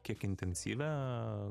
kiek intensyvią